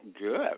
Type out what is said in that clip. Good